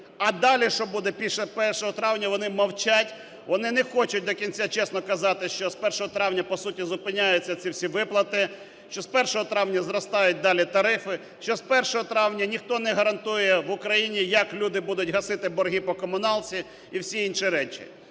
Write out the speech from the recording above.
А далі що буде, після 1 травня, вони мовчать. Вони не хочуть до кінця чесно казати, що з 1 травня по суті зупиняються ці всі виплати, що з 1 травня зростають далі тарифи, що з 1 травня ніхто не гарантує в Україні, як люди будуть гасити борги по комуналці і всі інші речі.